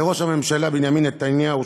לראש הממשלה בנימין נתניהו,